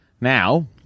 Now